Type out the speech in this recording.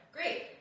Great